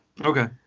okay